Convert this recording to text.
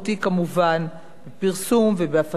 בפרסום ובהפצת הספרים בישראל,